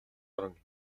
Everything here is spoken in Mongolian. орон